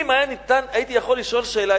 אם הייתי יכול לשאול שאלה,